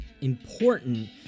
important